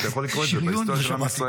אתה יכול לקרוא את זה בהיסטוריה של עם ישראל.